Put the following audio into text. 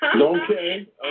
Okay